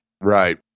Right